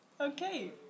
Okay